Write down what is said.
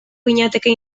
ginateke